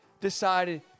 decided